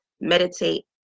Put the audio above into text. meditate